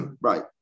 right